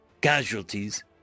Casualties